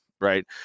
Right